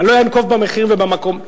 אני לא אנקוב במחיר ובמקום,